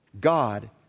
God